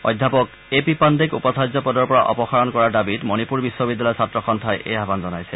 অধ্যাপক A P পাণ্ডেক উপাচাৰ্য পদৰ পৰা অপসাৰণ কৰাৰ দাবীত মণিপুৰ বিশ্ববিদ্যালয় ছাত্ৰ সন্থাই এই আহান জনাইছে